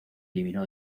eliminó